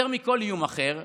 יותר מכל איום אחר,